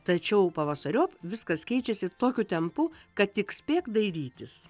tačiau pavasariop viskas keičiasi tokiu tempu kad tik spėk dairytis